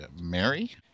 Mary